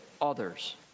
others